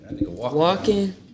walking